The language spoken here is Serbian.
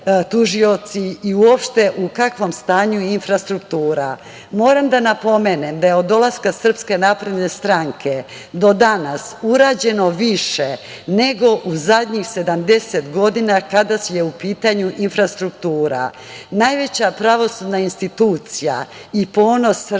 i uopšte u kakvom je stanju infrastruktura. Moram da napomenem da je od dolaska SNS do danas urađeno više nego u zadnjih 70 godina kada je u pitanju infrastruktura. Najveća pravosudna institucija i ponos